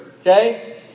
Okay